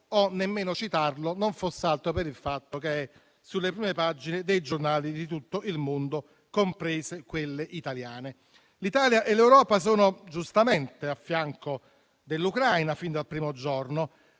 che sia citato, non fosse altro per il fatto che è sulle prime pagine dei giornali di tutto il mondo, compresi quelli italiani. L'Italia e l'Europa sono giustamente a fianco dell'Ucraina fin dal primo giorno,